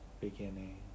beginning